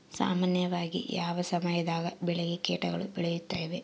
ಸಾಮಾನ್ಯವಾಗಿ ಯಾವ ಸಮಯದಾಗ ಬೆಳೆಗೆ ಕೇಟಗಳು ಬೇಳುತ್ತವೆ?